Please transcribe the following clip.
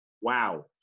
wow